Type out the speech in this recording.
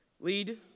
lead